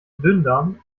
dünndarm